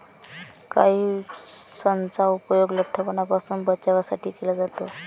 काइट्सनचा उपयोग लठ्ठपणापासून बचावासाठी केला जातो